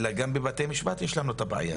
אלא גם בבתי משפט יש לנו את הבעיה הזאת.